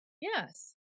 Yes